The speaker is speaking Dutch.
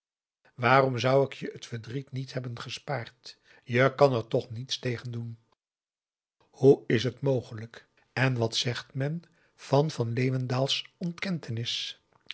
waarom zou ik je t verdriet niet hebben gespaard je kan er toch niets tegen doen p a daum de van der lindens c s onder ps maurits hoe is het mogelijk en wat zegt men van van leeuwendaals ontkentenis